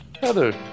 Heather